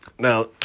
Now